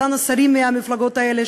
אותם השרים מהמפלגות האלה,